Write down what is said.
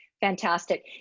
fantastic